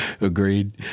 Agreed